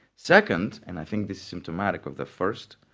second, and i think this is symptomatic of the first,